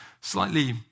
slightly